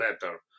better